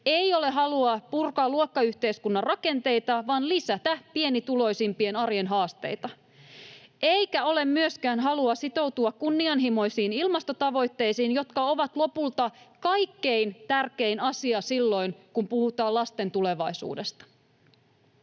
Ei ole halua purkaa luokkayhteiskunnan rakenteita vaan lisätä pienituloisimpien arjen haasteita. Eikä ole myöskään halua sitoutua kunnianhimoisiin ilmastotavoitteisiin, jotka ovat lopulta kaikkein tärkein asia silloin, kun puhutaan lasten tulevaisuudesta.